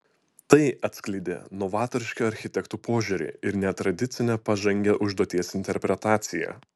tai atskleidė novatorišką architektų požiūrį ir netradicinę pažangią užduoties interpretaciją